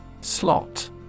Slot